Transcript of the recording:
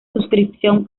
suscripción